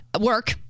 Work